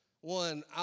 one